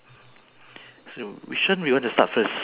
for myself I will say uh